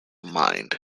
mind